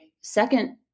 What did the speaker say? second